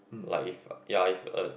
like if ya if a